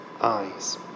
eyes